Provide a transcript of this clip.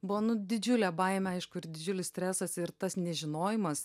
buvo nu didžiulė baimė aišku ir didžiulis stresas ir tas nežinojimas